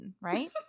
Right